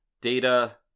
data